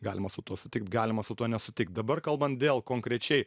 galima su tuo sutikt galima su tuo nesutikt dabar kalbant dėl konkrečiai